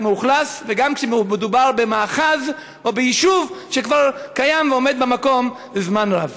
מאוכלס וכשמדובר במאחז או ביישוב שכבר קיים ועומד במקום זמן רב.